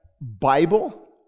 Bible